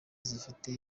zifite